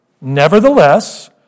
Nevertheless